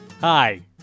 Hi